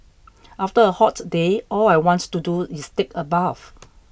after a hot day all I want to do is take a bath